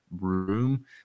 room